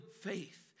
faith